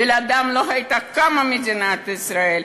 בלעדיהם לא הייתה קמה מדינת ישראל.